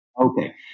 Okay